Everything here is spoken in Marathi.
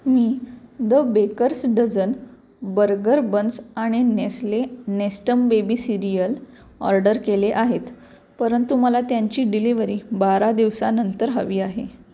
me the baker's dozen burger buns आणि Nestle Nestum baby cereal order केले आहेत परंतु मला त्यांची डिलिव्हरी बारा दिवसानंतर हवी आहे